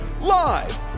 live